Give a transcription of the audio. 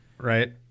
right